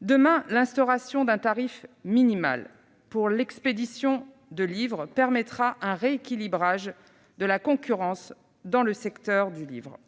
Demain, l'instauration d'un tarif minimal pour l'expédition de livres permettra un rééquilibrage de la concurrence dans le secteur du livre.